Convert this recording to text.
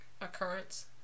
occurrence